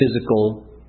physical